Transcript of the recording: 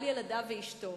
על ילדיו ואשתו,